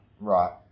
Right